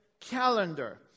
calendar